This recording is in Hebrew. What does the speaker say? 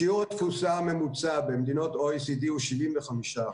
שיעור התפוסה הממוצע במדינות OECD הוא 75%,